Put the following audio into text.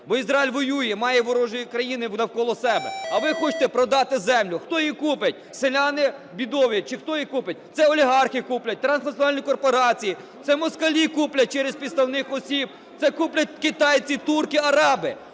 Бо Ізраїль воює, має ворожі країни навколо себе, а ви хочете продати землю. Хто її купить? Селяни бідові чи хто її купить? Це олігархи куплять, транснаціональні корпорації, це москалі куплять через підставних осіб, це куплять китайці, турки, араби.